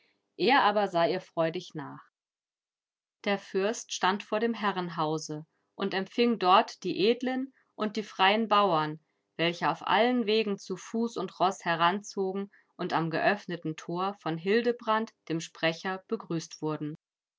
er aber sah ihr freudig nach der fürst stand vor dem herrenhause und empfing dort die edlen und die freien bauern welche auf allen wegen zu fuß und roß heranzogen und am geöffneten tor von hildebrand dem sprecher begrüßt wurden